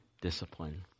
discipline